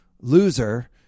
loser